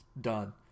done